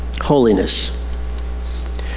Holiness